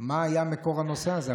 מה היה מקור הנושא הזה.